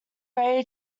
ray